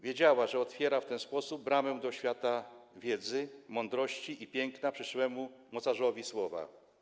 Wiedziała, że otwiera w ten sposób bramę do świata wiedzy, mądrości i piękna przyszłemu mocarzowi słowa.